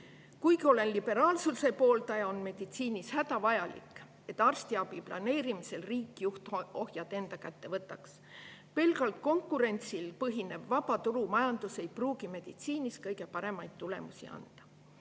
Kuigi olen liberaalsuse pooldaja, on meditsiinis hädavajalik, et arstiabi planeerimisel riik juhtohjad enda kätte võtaks. Pelgalt konkurentsil põhinev vaba turumajandus ei pruugi meditsiinis kõige paremaid tulemusi anda.